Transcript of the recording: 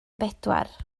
bedwar